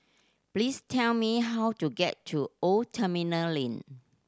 please tell me how to get to Old Terminal Lane